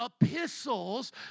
epistles